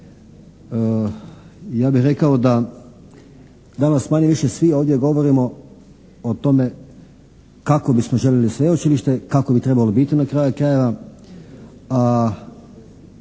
Ja bi rekao da danas manje-više svi ovdje govorimo o tome kako bismo željeli sveučilište, kakvo bi trebalo biti na kraju krajeva,